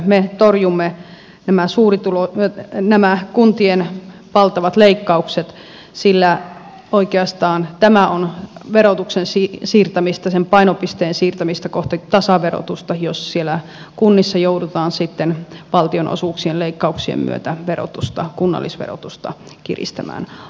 me torjumme nämä kuntien valtavat leikkaukset sillä oikeastaan tämä on verotuksen siirtämistä sen painopisteen siirtämistä kohti tasaverotusta jos kunnissa joudutaan sitten valtionosuuksien leikkauksien myötä kunnallisverotusta kiristämään